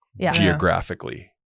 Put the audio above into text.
geographically